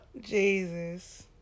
Jesus